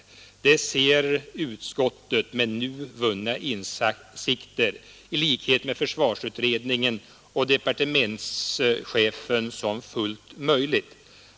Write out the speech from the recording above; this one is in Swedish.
Det ser utskottet med nu vunna insikter i likhet med försvarsutredningen och departementschefen som fullt möjligt.